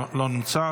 לא נמצא,